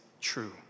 true